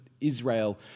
Israel